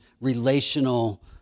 relational